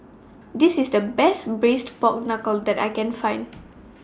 This IS The Best Braised Pork Knuckle that I Can Find